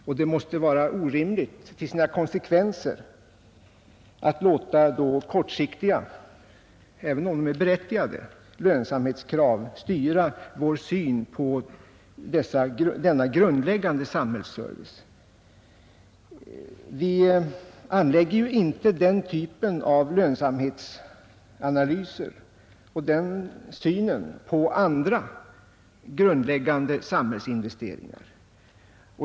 Och det måste vara orimligt till sina konsekvenser att låta kortsiktiga — även om de är berättigade — lönsamhetskrav styra vår syn på denna grundläggande samhällsservice. Vi anlägger ju inte den typen av lönsamhetsanalyser och den synen på andra grundläggande samhällsinvesteringar.